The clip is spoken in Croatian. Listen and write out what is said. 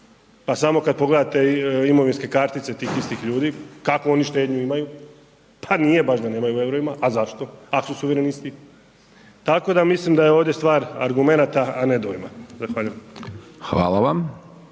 pa samo kad pogledate imovinske kartice tih istih ljudi kakvu oni štednju imaju, pa nije baš da nemaju u EUR-ima, a zašto ako su suverenisti? Tako da mislim da je ovdje stvar argumenata, a ne dojma. Zahvaljujem.